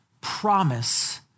promise